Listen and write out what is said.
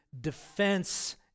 defense